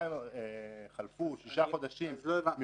גם אם חלפו שישה חודשים ממועד --- אז לא הבנת.